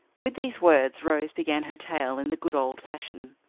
with these words rose began her tale in the good old fashion.